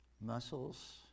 Muscles